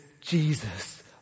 Jesus